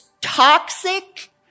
toxic